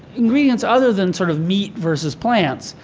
ingredients other than sort of meat versus plants.